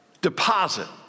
deposit